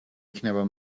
იქნება